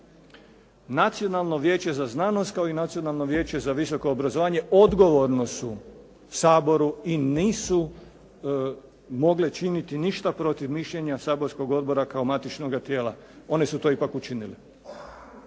Nacionalno vijeće za znanost, kao i Nacionalno vijeće za visoko obrazovanje odgovorni su Saboru i nisu mogli činiti ništa protiv mišljenja saborskog odbora kao matičnoga tijela. One su to ipak učinile.